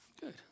good